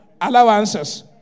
allowances